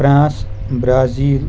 France Brazil